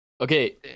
Okay